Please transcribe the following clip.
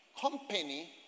company